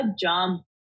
jump